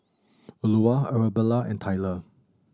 Eulah Arabella and Tyler